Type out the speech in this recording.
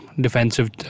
defensive